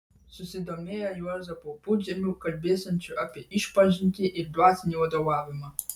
susidomėjo juozapu pudžemiu kalbėsiančiu apie išpažintį ir dvasinį vadovavimą